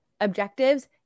objectives